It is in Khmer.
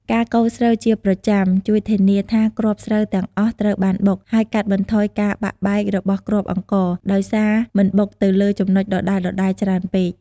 ការកូរស្រូវជាប្រចាំជួយធានាថាគ្រាប់ស្រូវទាំងអស់ត្រូវបានបុក ហើយកាត់បន្ថយការបាក់បែករបស់គ្រាប់អង្ករ ដោយសារមិនបុកទៅលើចំណុចដដែលៗច្រើនពេក។